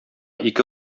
ике